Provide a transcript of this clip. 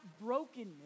brokenness